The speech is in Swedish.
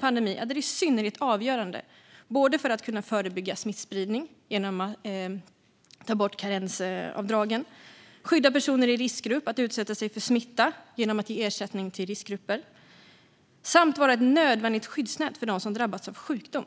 pandemi är det i synnerhet avgörande - för att kunna förebygga smittspridning genom att ta bort karensavdragen, för att skydda personer i riskgrupp från att utsätta sig för smitta genom att ge ersättning till riskgrupper samt för att vara ett nödvändigt skyddsnät för dem som drabbas av sjukdom.